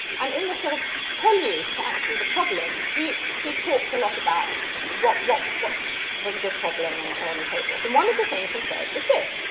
and in the sort of prelude to actually the problems, he he talked a lot about what what was a good problem and so on and so forth. and one of the things he said was this,